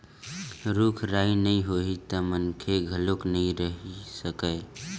रूख राई नइ होही त मनखे घलोक नइ रहि सकय